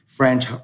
French